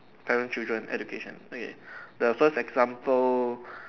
parent children education okay the first example